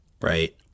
right